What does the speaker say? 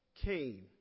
came